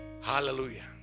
Hallelujah